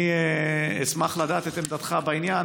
אני אשמח לדעת את עמדתך בעניין